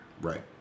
Right